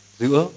giữa